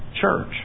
church